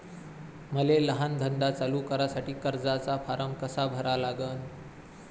मले लहान धंदा चालू करासाठी कर्जाचा फारम कसा भरा लागन?